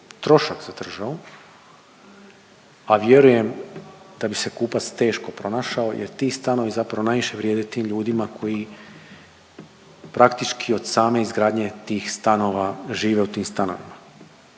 trošak za državu, a vjerujem da bi se kupac teško pronašao jer ti stanovi zapravo najviše vrijede tim ljudima koji praktički od same izgradnje tih stanova žive u tim stanovima.